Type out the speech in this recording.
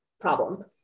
problem